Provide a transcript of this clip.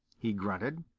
he grunted.